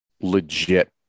legit